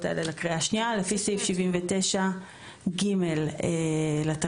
האלה לקריאה השנייה לפי סעיף 79(ג) לתקנון,